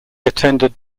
attended